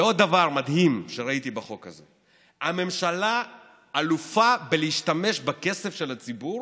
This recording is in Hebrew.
עוד דבר מדהים שראיתי בחוק הזה: הממשלה אלופה בלהשתמש בכסף של הציבור